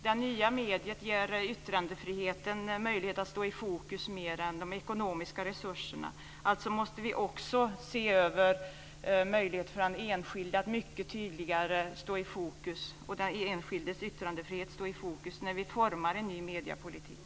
Det nya mediet ger yttrandefriheten en möjlighet att stå i fokus mer än de ekonomiska resurserna. Alltså måste vi också se över möjligheterna för den enskilde och den enskildes yttrandefrihet att mycket tydligare stå i fokus när vi formar en ny mediepolitik.